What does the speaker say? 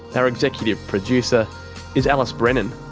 our executive producer is alice brennan.